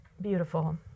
beautiful